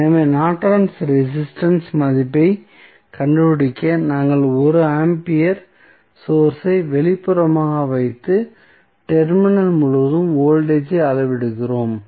எனவே நார்டனின் ரெசிஸ்டன்ஸ் இன் மதிப்பைக் கண்டுபிடிக்க நாங்கள் 1 ஆம்பியர் சோர்ஸ் ஐ வெளிப்புறமாக வைத்து டெர்மினல் முழுவதும் வோல்டேஜ் ஐ அளவிடுகிறோம்